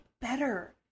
better